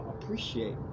appreciate